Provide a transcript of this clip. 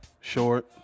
Short